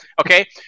okay